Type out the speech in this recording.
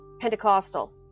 Pentecostal